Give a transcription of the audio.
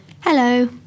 Hello